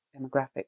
demographic